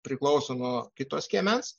priklauso nuo kito skiemens